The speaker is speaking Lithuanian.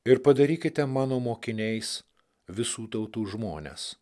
ir padarykite mano mokiniais visų tautų žmones